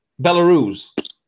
Belarus